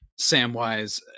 Samwise